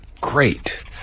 Great